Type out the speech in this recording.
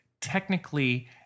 technically